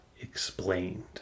explained